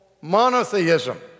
monotheism